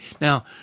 Now